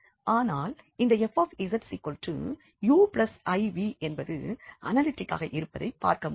ஆனால் இந்த fzuiv என்பது அனாலிட்டிக்காக இருப்பதைப் பார்க்க முடியும்